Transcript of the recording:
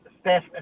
staff